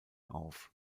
auf